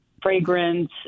fragrance